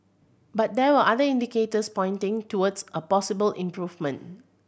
but there are other indicators pointing towards a possible improvement